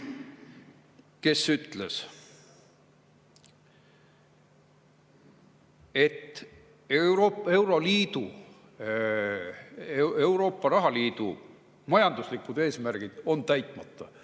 kes ütles, et euroliidu, Euroopa rahaliidu majanduslikud eesmärgid on täitmata,